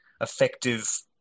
effective